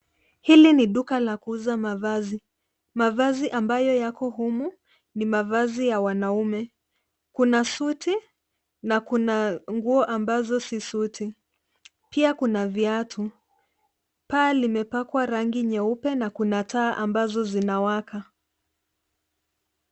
Hili ni duka la kuuza mavazi. Mavazi ambayo yako humu ni mavazi ya wanaume. Kuna suti na kuna nguo ambazo si suti. Pia kuna viatu. Paa limepakwa rangi nyeupe na kuna taa ambazo zinawaka.